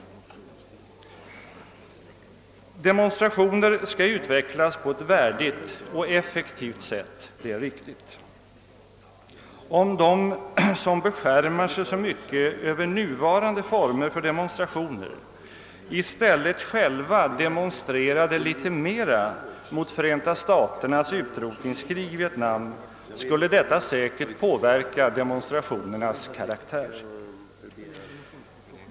Demonstrationer skall utvecklas på ett värdigt och effektivt sätt, det är riktigt. Om de som beskärmar sig så mycket över nuvarande former för demonstration i stället själva demonstrerade litet mera mot Förenta staternas utrotnings krig i Vietnam, skulle detta säkert påverka demonstrationernas karaktär.